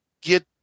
get